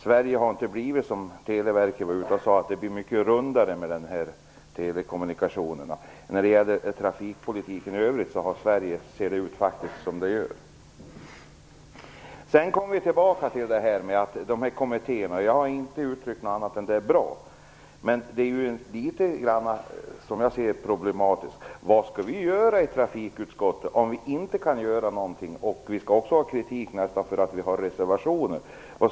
Sverige har inte blivit som man från Televerket sade, dvs. mycket rundare med de nya telekommunikationerna. När det gäller trafikpolitiken i övrigt ser Sverige ut som det gör. Sedan återkommer jag till detta med kommittéerna. Jag har inte uttryckt annat än att det är bra att de har tillsatts. Som jag ser det är det ändå litet problematiskt. Vad skall vi göra i trafikutskottet om vi inte kan göra någonting och om vi nästan blir kritiserade när vi avger reservationer?